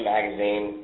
Magazine